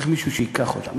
צריך מישהו שייקח אותם.